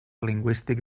lingüístic